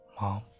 Mom